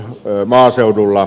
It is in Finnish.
loimaan seudulla